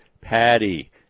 Patty